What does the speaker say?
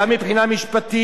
גם מבחינה משפטית,